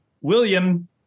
William